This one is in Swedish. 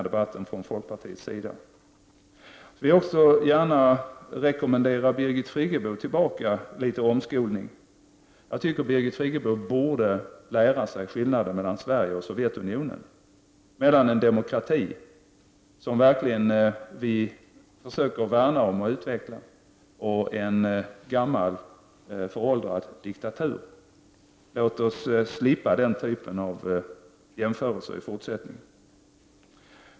Jag vill också gärna återgälda Birgit Friggebos rekommendation om litet omskolning: Jag tycker att Birgit Friggebo borde lära sig skillnaden mellan Sverige och Sovjetunionen, skillnaden mellan en demokrati, som vi verkligen försöker värna om och utveckla, och en gammal föråldrad diktatur. Låt oss alltså slippa den typen av jämförelser i fortsättningen.